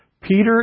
Peter